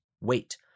wait